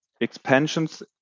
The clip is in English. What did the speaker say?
expansions